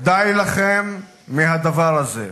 די לכם מהדבר הזה.